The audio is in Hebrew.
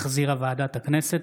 שהחזירה ועדת הכנסת.